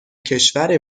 کشور